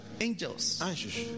Angels